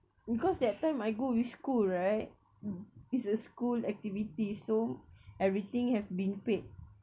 because that time I go with school right it's a school activity so everything have been paid